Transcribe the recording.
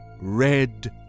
red